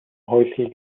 häusliche